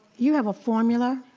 you have a formula,